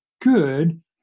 good